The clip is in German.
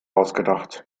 ausgedacht